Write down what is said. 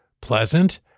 pleasant